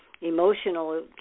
emotional